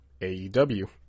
AEW